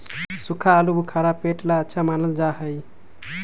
सूखा आलूबुखारा पेट ला अच्छा मानल जा हई